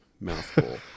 mouthful